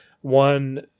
One